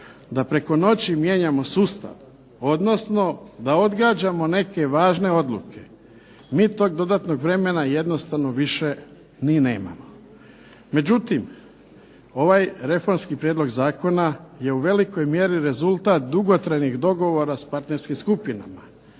da preko noći mijenjamo sustav, odnosno da odgađamo neke važne odluke. Mi tog dodatnog vremena jednostavno više ni nemamo. Međutim, ovaj reformski prijedlog zakona je u velikoj mjeri rezultat dugotrajnih dogovora s partnerskim skupinama,